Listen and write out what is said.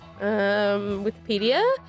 Wikipedia